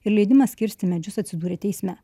ir leidimas kirsti medžius atsidūrė teisme